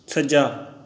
ਸੱਜਾ